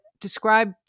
describe